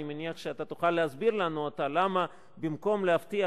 אני מניח שתוכל להסביר לנו למה במקום להבטיח